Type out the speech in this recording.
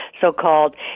so-called